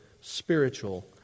spiritual